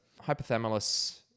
Hypothalamus